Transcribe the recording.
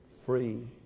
Free